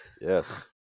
Yes